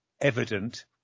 evident